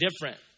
different